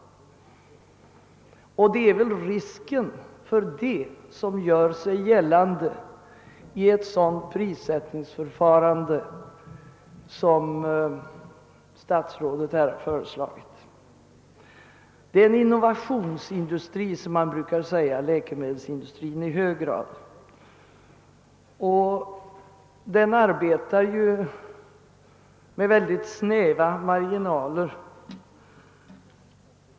Det är risken härför som uppstår genom det av statsrådet föreslagna prissättningsförfarandet. Läkemedelsindustrin är i hög grad en innovationsindustri, som man brukar säga, och arbetar med mycket snäva marginaler.